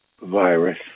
virus